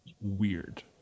weird